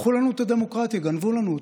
לקחו לנו את הדמוקרטיה, גנבו לנו אותה.